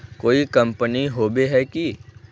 कोई कंपनी होबे है की?